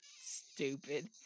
Stupid